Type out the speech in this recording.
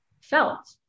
felt